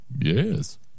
Yes